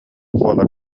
буолар